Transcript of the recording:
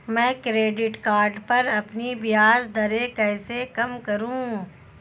मैं credit card पर अपनी ब्याज दरें कैसे कम करूँ?